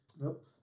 Nope